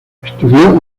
estudió